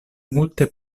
multe